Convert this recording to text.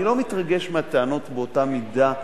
אני לא מתרגש מהטענות באותה מידה.